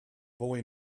boy